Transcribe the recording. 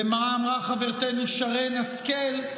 ומה אמרה חברתנו שרן השכל.